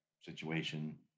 situation